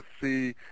see